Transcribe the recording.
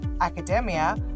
academia